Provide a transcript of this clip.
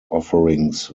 offerings